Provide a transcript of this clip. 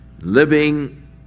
living